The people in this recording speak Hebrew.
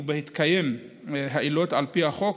ובהתקיים העילות על פי החוק,